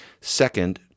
Second